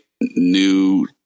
new